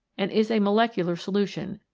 and is a molecular solution,